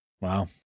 Wow